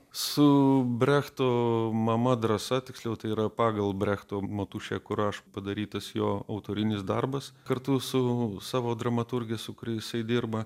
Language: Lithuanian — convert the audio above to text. su brechtu mama drąsa tiksliau tai yra pagal brechto motušė kur aš padarytas jo autorinis darbas kartu su savo dramaturge su kuria jisai dirba